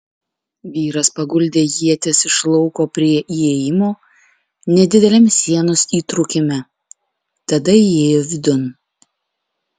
vyras paguldė ietis iš lauko prie įėjimo nedideliame sienos įtrūkime tada įėjo vidun